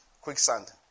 quicksand